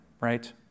right